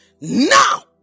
Now